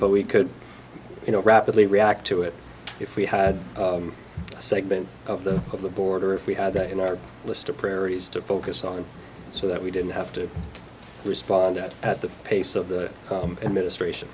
but we could you know rapidly react to it if we had a segment of the of the border if we had that in our list of priorities to focus on so that we didn't have to respond at the pace of the company ministration